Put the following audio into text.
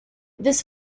this